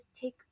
take